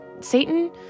Satan